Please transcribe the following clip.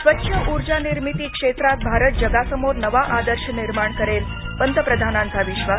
स्वच्छ ऊर्जा निर्मिती क्षेत्रात भारत जगासमोर नवा आदर्श निर्माण करेल पंतप्रधानांचा विश्वास